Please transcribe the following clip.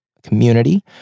community